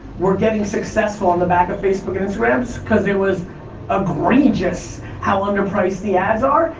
were getting successful on the back of facebook and instagram, so cause it was egregious how under-priced the ads are.